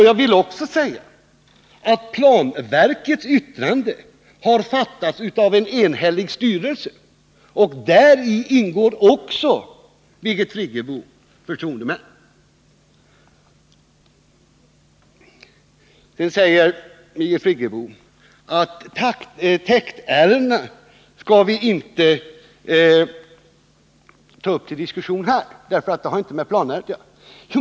Jag vill också nämna att planverkets yttrande har fastställts av en enhällig styrelse. I den ingår också, Birgit Friggebo, förtroendemän. Birgit Friggebo säger att vi inte skall ta upp täktärendena till diskussion här, för de har inte med planärendet att göra.